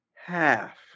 half